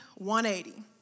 180